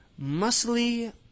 muscly